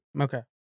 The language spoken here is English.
Okay